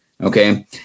Okay